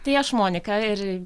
tai aš monika ir